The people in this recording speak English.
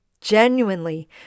genuinely